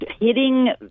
hitting